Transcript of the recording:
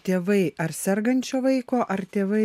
tėvai ar sergančio vaiko ar tėvai